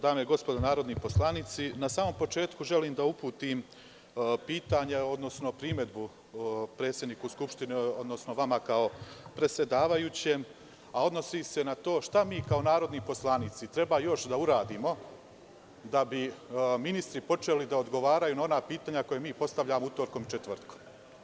Dame i gospodo narodni poslanici, na samom početku želim da uputim pitanje, odnosno primedbu predsedniku Skupštine, odnosno vama kao predsedavajućem, a odnosi se na to šta mi kao narodni poslanici treba još da uradimo da bi ministri počeli da odgovaraju na pitanja koja postavljamo utorkom i četvrtkom?